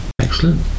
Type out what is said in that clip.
Excellent